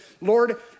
Lord